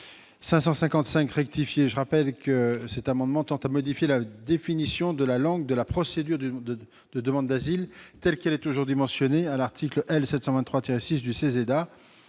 est l'avis de la commission ? Cet amendement tend à modifier la définition de la langue de la procédure de demande d'asile, telle qu'elle est aujourd'hui mentionnée à l'article L. 723-6 du